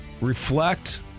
reflect